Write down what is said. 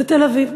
זה תל-אביב.